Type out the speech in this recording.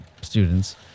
students